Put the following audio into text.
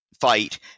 fight